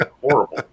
horrible